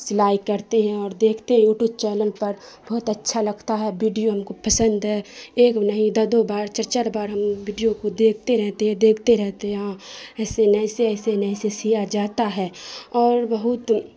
سلائی کرتے ہیں اور دیکھتے ہیں یو ٹو چینل پر بہت اچھا لگتا ہے بیڈیو ہم کو پسند ہے ایک نہیں در دو بار چار چار بار ہم بیڈیو کو دیکھتے رہتے ہیں دیکھتے رہتے ہیں ہاں ایسے نہیں ایسے ایسے نہیں ایسے سیا جاتا ہے اور بہت